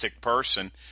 person